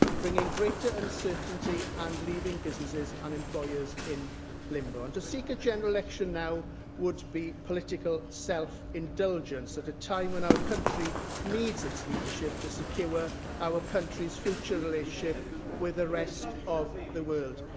bringing greater uncertainty and leaving businesses and employers in limbo. and to seek a general election now would be political self-indulgence at a time when our country needs its leadership to secure our country's future relationship with the rest of the world.